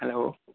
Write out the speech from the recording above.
hello